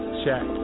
check